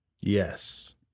Yes